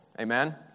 Amen